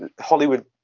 Hollywood